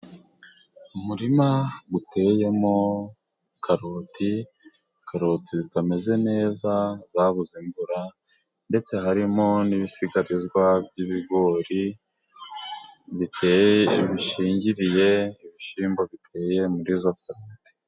Umurima uteyemo karoti , karoti zitameze neza zabuze imvura ndetse harimo n'ibisigarizwa by'ibigori biteye, bishingiriye ibishyimbo biteye muri izo karoti.